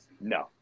No